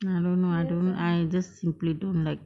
I don't know ah I don't I just simply don't like